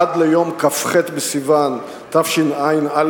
עד ליום כ"ח בסיוון התשע"א,